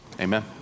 amen